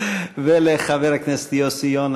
ולחבר הכנסת יוסי יונה,